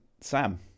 Sam